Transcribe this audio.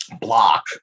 block